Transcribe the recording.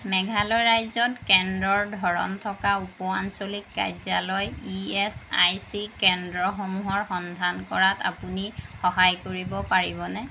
মেঘালয় ৰাজ্যত কেন্দ্ৰৰ ধৰণ থকা উপ আঞ্চলিক কাৰ্যালয় ই এছ আই চি কেন্দ্ৰসমূহৰ সন্ধান কৰাত আপুনি সহায় কৰিব পাৰিবনে